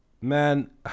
Man